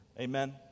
Amen